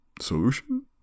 solution